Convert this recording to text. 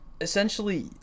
essentially